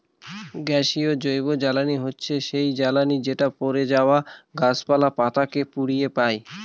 গ্যাসীয় জৈবজ্বালানী হচ্ছে সেই জ্বালানি যেটা পড়ে যাওয়া গাছপালা, পাতা কে পুড়িয়ে পাই